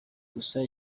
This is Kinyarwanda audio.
gusa